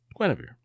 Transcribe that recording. Guinevere